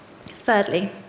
Thirdly